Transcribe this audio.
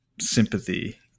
sympathy